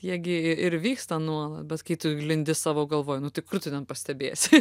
jie gi i ir vyksta nuolat bet kai tu lindi savo galvoj nu tai kur tu ten pastebėsi